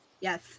Yes